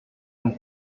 ein